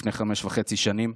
לפני חמש וחצי שנים.